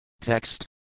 Text